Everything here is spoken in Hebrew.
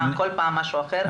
כל פעם משהו אחר.